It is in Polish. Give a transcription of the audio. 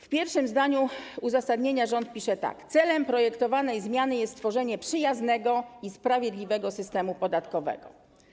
W pierwszym zdaniu uzasadnienia rząd napisał tak: Celem projektowanej zmiany jest stworzenie przyjaznego i sprawiedliwego systemu podatkowego.